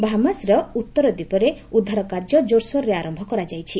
ବାହାମାସ୍ର ଉତ୍ତର ଦ୍ୱୀପରେ ଉଦ୍ଧାର କାର୍ଯ୍ୟ କୋରସୋରରେ ଆରମ୍ଭ କରାଯାଇଛି